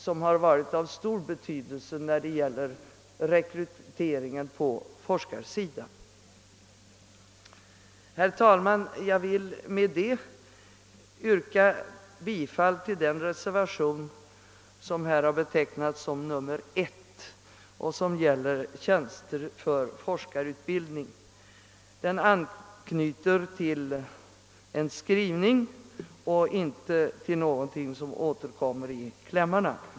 De har varit av stor betydelse när det gällt rekryteringen på forskarsidan. Herr talman! Jag vill med detta yrka bifall till den reservation som har betecknats med nr 1 och som gäller tjänster för forskarutbildning. Den anknyter till motiveringen och har ingen kläm.